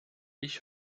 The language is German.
ich